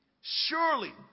Surely